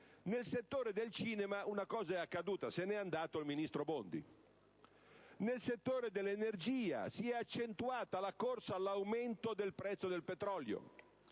Nel settore del cinema una cosa è accaduta: se ne è andato il ministro Bondi; nel settore dell'energia si è accentuata la corsa all'aumento del prezzo del petrolio;